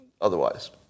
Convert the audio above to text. otherwise